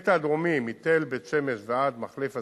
הקטע הדרומי, מתל בית-שמש ועד מחלף עזקה,